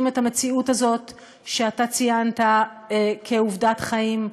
את המציאות הזאת שאתה ציינת כעובדת חיים,